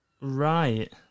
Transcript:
Right